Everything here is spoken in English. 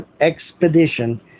expedition